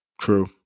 true